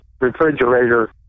refrigerator